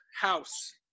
House